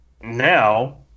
Now